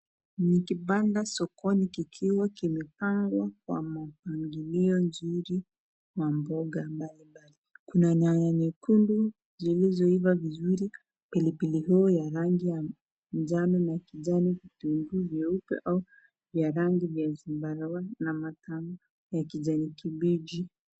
Ni kibanda sokoni kikiwa kimepangwa kwa mpangilio nzuri wa mboga mbalimbali. Kuna nyanya nyekundu zilizoiva vizuri, pilipili hoho ya rangi ya majano na kijani, vitunguu vyeupe au vya rangi ya zambarau na matango ya kijani kibichi.